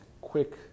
quick